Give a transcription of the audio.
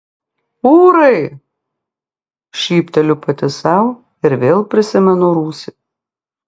ūrai šypteliu pati sau ir vėl prisimenu rūsį